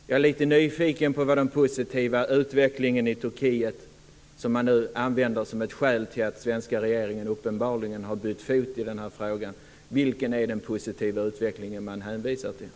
Jag är lite nyfiken på vad den positiva utvecklingen i Turkiet innebär, som nu uppenbarligen använts som ett skäl till att den svenska regeringen bytt fot i denna fråga. Vilken är den positiva utveckling man hänvisar till?